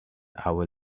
hour